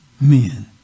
men